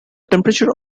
temperature